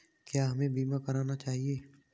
क्या हमें बीमा करना चाहिए?